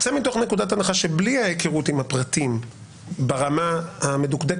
צא מתוך נקודת הנחה שבלי ההיכרות עם הפרטים ברמה המדוקדקת